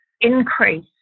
increase